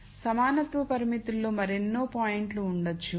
కాబట్టి సమానత్వ పరిమితుల్లో మరెన్నో పాయింట్లు ఉండవచ్చు